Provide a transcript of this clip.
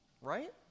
right